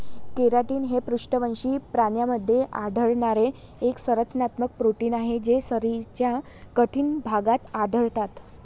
keratin हे पृष्ठवंशी प्राण्यांमध्ये आढळणारे एक संरचनात्मक प्रोटीन आहे जे शरीराच्या कठीण भागात आढळतात